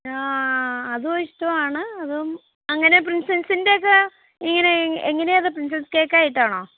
ആ അതും ഇഷ്ടമാണ് അതു അങ്ങനെ പ്രിൻസെസിൻ്റെയൊക്കെ ഇങ്ങനെ എങ്ങനെ അത് പ്രിൻസെസ് കേക്ക് ആയിട്ടാണോ